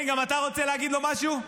כן, גם אתה רוצה להגיד לו משהו?